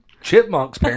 chipmunks